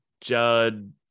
Judd